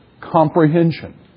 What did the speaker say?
comprehension